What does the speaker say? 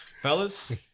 Fellas